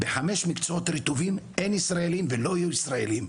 בחמש מקצועות רטובים אין ישראלים ולא יהיו ישראליים,